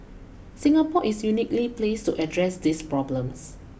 Singapore is uniquely placed to address these problems